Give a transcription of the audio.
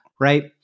right